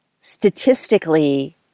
Statistically